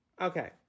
Okay